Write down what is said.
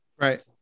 Right